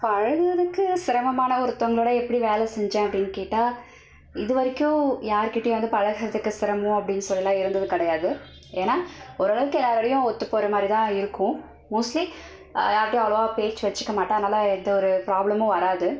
பழகிறதுக்கு சிரமமான ஒருத்தவங்களோடய எப்படி வேலை செஞ்சேன் அப்படின்னு கேட்டால் இதுவரைக்கும் யார்கிட்டயும் வந்து பழகிறதுக்கு சிரமம் அப்படின்னு சொல்லிலாம் இருந்தது கிடையாது ஏன்னால் ஓரளவுக்கு எல்லோரோடையும் ஒற்று போகிற மாதிரி தான் இருக்கும் மோஸ்ட்லி யார்டையும் அவ்வளோவா பேச்சி வச்சுக்கமாட்டேன் அதனால எந்த ஒரு ப்ராப்ளமும் வராது